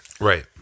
Right